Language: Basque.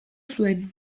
zuen